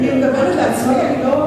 אני מדברת לעצמי?